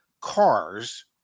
cars